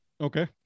Okay